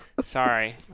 sorry